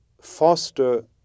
foster